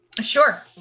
Sure